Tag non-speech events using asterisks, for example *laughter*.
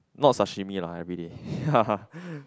not sashimi lah everyday *breath* ya